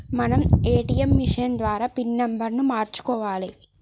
మనం ATM machine ద్వారా PIN నెంబర్ను మార్చుకోవాలే